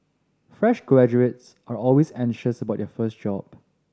fresh graduates are always anxious about their first job